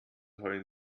heulen